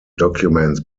documents